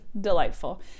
delightful